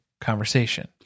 conversation